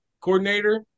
coordinator